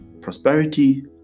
prosperity